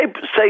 say